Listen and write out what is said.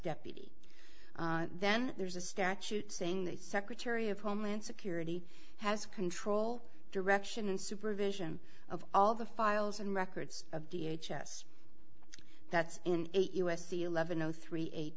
deputy then there's a statute saying the secretary of homeland security has control direction and supervision of all the files and records of the h s that's in eight us eleven zero three eight